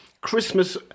Christmas